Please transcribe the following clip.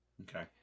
Okay